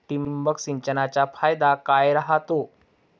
ठिबक सिंचनचा फायदा काय राह्यतो?